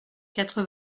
quatre